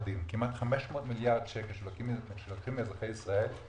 הוא צריך לסחוט ולסחוט מהקליפה עד שתצא איזו